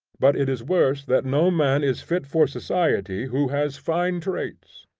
but it is worse that no man is fit for society who has fine traits.